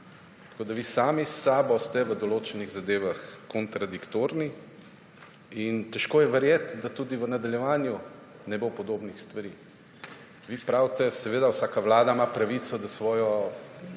Tako da ste vi sami s sabo v določenih zadevah kontradiktorni in težko je verjeti, da tudi v nadaljevanju ne bo podobnih stvari. Vi pravite, seveda, vsaka vlada ima pravico, da svojo